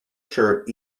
shirt